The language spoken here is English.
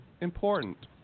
important